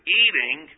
eating